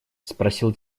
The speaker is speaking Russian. спросил